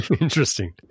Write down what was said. Interesting